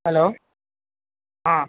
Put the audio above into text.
hello